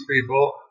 people